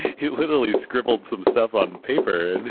he literally scribbled some stuff on paper, and